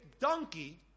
donkey